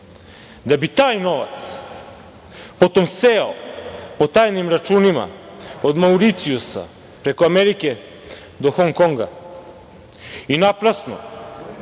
da bi taj novac potom sejao po tajnim računima od Mauricijusa preko Amerike do Hong Konga i naprasno